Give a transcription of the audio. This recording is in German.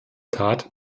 tat